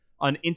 On